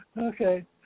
okay